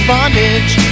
Bondage